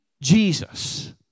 Jesus